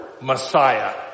Messiah